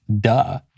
Duh